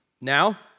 Now